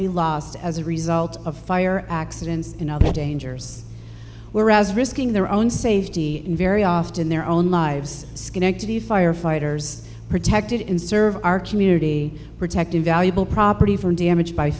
be lost as a result of fire accidents and other dangers whereas risking their own safety in very often their own lives schenectady firefighters protected in serve our community protecting valuable property from damaged by